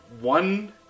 one